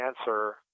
answer